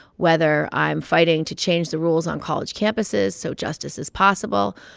whether i'm fighting to change the rules on college campuses so justice is possible,